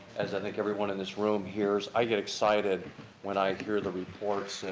as i think everyone in this room hears. i get excited when i hear the reports.